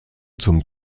zum